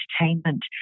entertainment